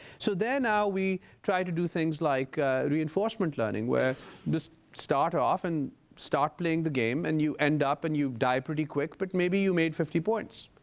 so there now we try to do things like reinforcement learning, where we just start off and start playing the game, and you end up and you die pretty quick, but maybe you made fifty points.